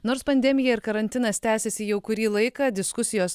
nors pandemija ir karantinas tęsiasi jau kurį laiką diskusijos